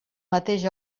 mateix